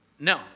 No